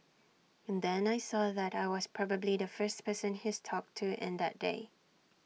and then I saw that I was probably the first person he's talked to in that day